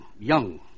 young